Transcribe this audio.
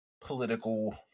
political